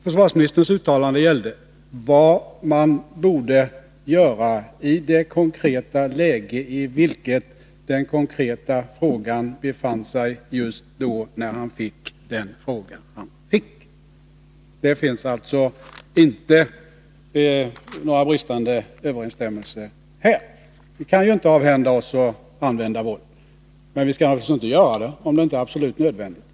Försvarsministerns uttalanden gällde vad man borde göra i det konkreta läge som ärendet befann sig i just när han fick denna fråga. Det finns alltså inte någon bristande överensstämmelse här. Vi kan inte avhända oss möjligheten att använda våld. Men vi skall naturligtvis inte använda våld, om det inte är absolut nödvändigt.